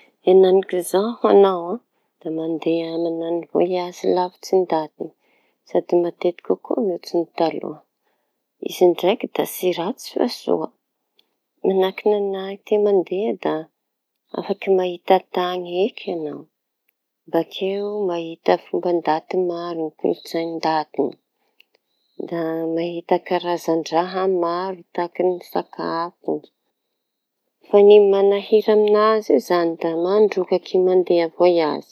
Enanik'izao ho'añao e! Da mandeha mañano voaze lavitsy ndaty sady matetiky kokoa mihoatsy ny taloha. Izy ndraiky aloha da tsy ratsy fa soa, manahaky ny anahy ty mandeha da afaky mahita tany eky añao, bakeo mahita fomba ndaty maro kolon-tsaiñy ndaty, da mahita karazana raha maro tahaky ny sakafo fa ny manahira an'azy io izañy da mandrokaky voaze.